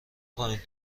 پایین